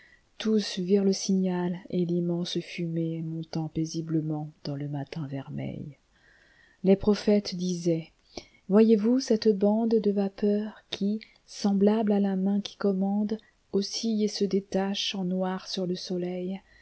tous virent le signal et l'immense fuméemontant paisiblement dans le matin vermeil les prophètes disaient voyez-vous cette bandede vapeur qui semblable à la main qui commande oscille et se détache en noir sur le soleil